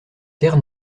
terres